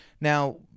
Now